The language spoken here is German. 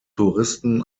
touristen